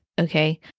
okay